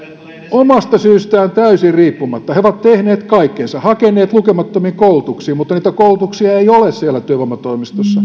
omasta syystään täysin riippumatta he ovat tehneet kaikkensa hakeneet lukemattomiin koulutuksiin mutta niitä koulutuksia ei ole siellä työvoimatoimistossa